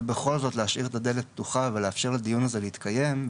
ובכל זאת להשאיר את הדלת פתוחה ולאפשר לדיון הזה להתקיים,